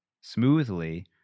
smoothly